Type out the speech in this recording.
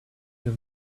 you